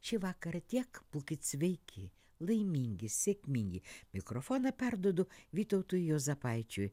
šį vakarą tiek būkit sveiki laimingi sėkmingi mikrofoną perduodu vytautui juozapaičiui